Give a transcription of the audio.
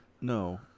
no